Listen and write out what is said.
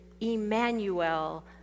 Emmanuel